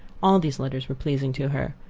all these letters were pleasing to her.